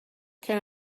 can